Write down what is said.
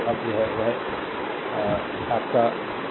तो अब वह your i 1 i है